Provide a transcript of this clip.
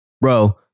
Bro